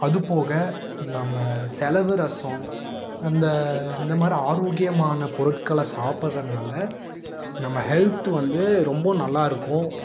அதுபோக நம்ம செலவு ரசம் அந்த இந்த மாரி ஆரோக்கியமான பொருட்களை சாப்புடுறனால நம்ப ஹெல்த்து வந்து ரொம்ப நல்லாயிருக்கும்